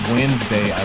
Wednesday